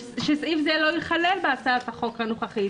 שסעיף זה לא ייכלל בהצעת החוק הנוכחית,